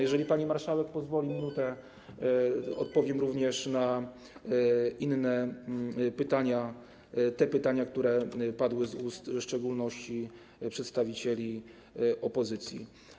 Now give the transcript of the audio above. Jeżeli pani marszałek pozwoli, w minutę odpowiem również na inne pytania, te pytania, które padły w szczególności z ust przedstawicieli opozycji.